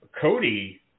Cody